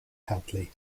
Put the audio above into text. hadley